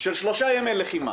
של שלושה ימי לחימה,